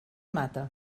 mata